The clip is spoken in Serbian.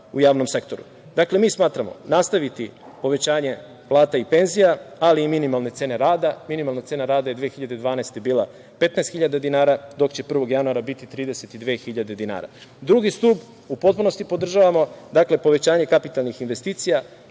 u javnom sektoru? Dakle, nastaviti povećanje plata i penzija, ali i minimalne cene rada. Minimalna cena rada je 2012. godine bila 15 hiljada dinara, dok će 1. januara biti 32 hiljade dinara. Drugi stub u potpunosti podržavamo, a to je povećanje kapitalnih investicija,